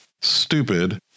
stupid